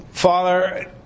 Father